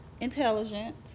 intelligent